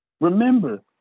Remember